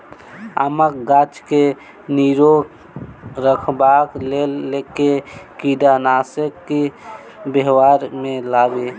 आमक गाछ केँ निरोग रखबाक लेल केँ कीड़ानासी केँ व्यवहार मे लाबी?